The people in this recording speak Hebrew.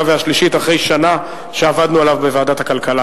והשלישית אחרי שנה שעבדנו עליו בוועדת הכלכלה.